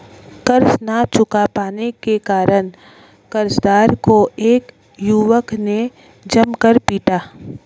कर्ज ना चुका पाने के कारण, कर्जदार को एक युवक ने जमकर पीटा